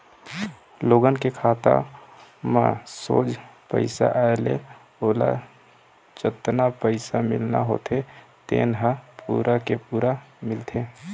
लोगन के खाता म सोझ पइसा आए ले ओला जतना पइसा मिलना होथे तेन ह पूरा के पूरा मिलथे